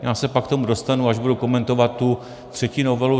Já se pak k tomu dostanu, až budu komentovat tu třetí novelu.